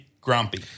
grumpy